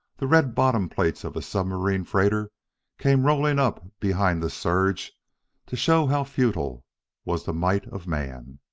the red bottom-plates of a submarine freighter came rolling up behind the surge to show how futile was the might of man.